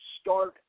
start